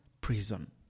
prison